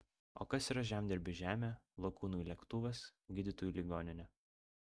o kas yra žemdirbiui žemė lakūnui lėktuvas gydytojui ligoninė